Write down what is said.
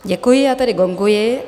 Děkuji, já tedy gonguji.